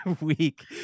week